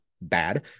bad